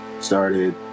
started